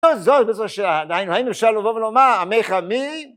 עזוב בזה שהיינו, היינו אפשר לבוא ולומר, עמך מי?